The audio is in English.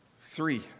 Three